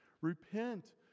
Repent